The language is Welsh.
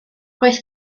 roedd